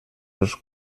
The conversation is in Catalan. els